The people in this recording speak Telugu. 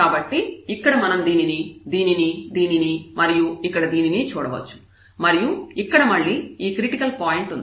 కాబట్టి ఇక్కడ మనం దీనిని దీనిని దీనిని మరియు ఇక్కడ దీనిని చూడవచ్చు మరియు ఇక్కడ మళ్ళీ ఈ క్రిటికల్ పాయింట్ ఉంది